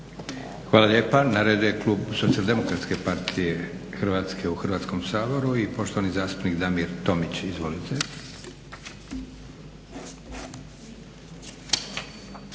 Hvala lijepa. Na redu je klub Socijaldemokratske partije Hrvatske u Hrvatskom saboru i poštovani zastupnik Damir Tomić. Izvolite.